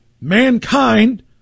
mankind